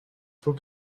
faut